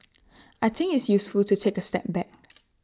I think it's useful to take A step back